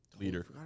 Leader